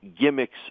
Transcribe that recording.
gimmicks